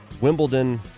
Wimbledon